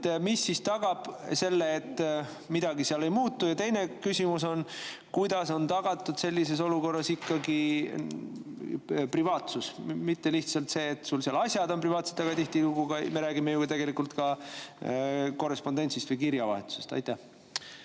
Mis siis tagab selle, et midagi seal ei muutu? Ja teine küsimus: kuidas on tagatud sellises olukorras privaatsus? Mitte lihtsalt see, et seal asjad on privaatsed, vaid tihtilugu me räägime ju tegelikult ka korrespondentsist, kirjavahetusest. Aitäh!